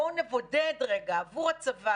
בואו נבודד רגע עבור הצבא,